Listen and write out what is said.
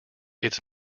its